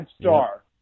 star